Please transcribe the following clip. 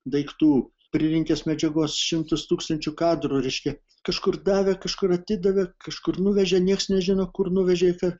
daiktų pririnkęs medžiagos šimtus tūkstančių kadrų reiškia kažkur davė kažkur atidavė kažkur nuvežė nieks nežino kur nuvežė ir ką